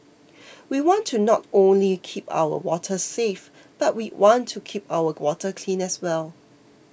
we want to not only keep our waters safe but we want to keep our water clean as well